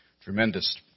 tremendous